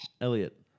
Elliot